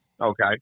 okay